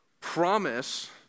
promise